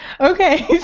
Okay